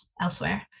elsewhere